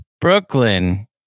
Brooklyn